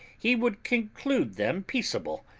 he would conclude them peaceable,